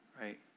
right